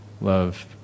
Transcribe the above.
love